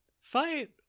fight